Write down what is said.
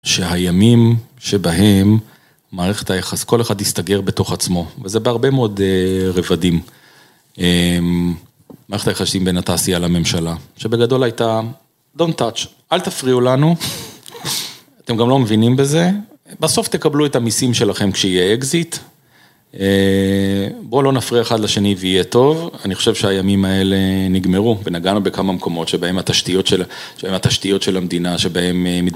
שהימים שבהם מערכת היחס, כל אחד הסתגר בתוך עצמו וזה בהרבה מאוד רבדים. מערכת היחסים בין התעשייה לממשלה, שבגדול הייתה, דונט טאץ', אל תפריעו לנו, אתם גם לא מבינים בזה, בסוף תקבלו את המיסים שלכם כשיהיה אקזיט, בוא לא נפריע אחד לשני ויהיה טוב. אני חושב שהימים האלה נגמרו ונגענו בכמה מקומות, שבהם התשתיות של המדינה, שבהם מית...